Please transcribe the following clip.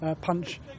punch